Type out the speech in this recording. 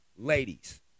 ladies